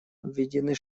обведены